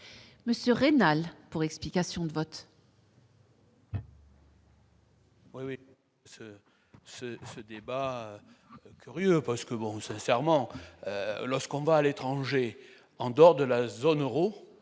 Monsieur rénal pour explication de vote. Oui, ce débat curieux parce que vous vous sincèrement lorsqu'on va à l'étranger en dehors de la zone Euro,